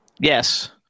yes